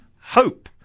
hope